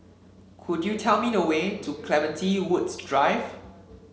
could you tell me the way to Clementi Woods Drive